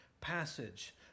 passage